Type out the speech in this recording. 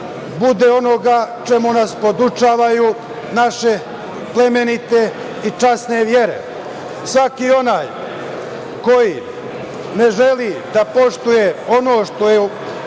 bude onoga čemu nas podučavaju naše plemenite i časne vere. Svaki onaj koji ne želi da poštuje ono što je o